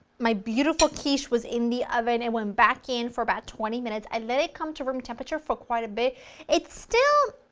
my beautiful quiche was in the oven, it went back in for about twenty minutes, i let it come to room temperature, for quite a bit it's still,